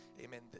amen